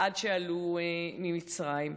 שעלו ממצרים.